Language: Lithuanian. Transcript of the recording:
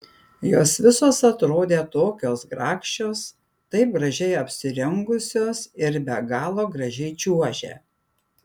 jos visos atrodė tokios grakščios taip gražiai apsirengusios ir be galo gražiai čiuožė